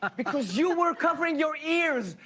ah because you were covering your ears,